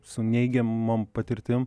su neigiamom patirtim